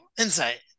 insight